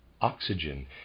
Oxygen